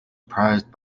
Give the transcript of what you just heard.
prized